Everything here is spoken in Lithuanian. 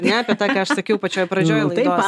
ar ne apie tą ką aš sakiau pačioj pradžioj laidos